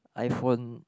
iPhone